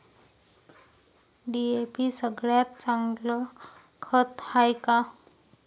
DAP सगळ्यात चांगलं खत हाये का?